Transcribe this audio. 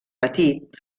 petit